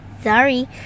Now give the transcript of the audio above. sorry